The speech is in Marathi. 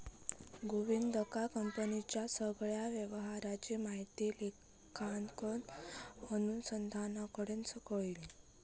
गोविंदका कंपनीच्या सगळ्या व्यवहाराची माहिती लेखांकन अनुसंधानाकडना कळली